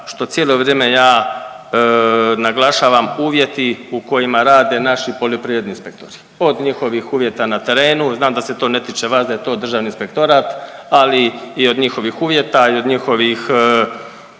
što cijelo vrijeme ja naglašavam, uvjeti u kojima rade naši poljoprivredni inspektori, od njihovih uvjeta na terenu, znam da se to ne tiče vas da je to državni inspektorat, ali i od njihovih uvjeta i od njihovih